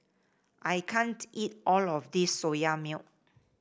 I can't eat all of this Soya Milk